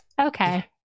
okay